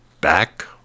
back